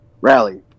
Rally